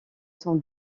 son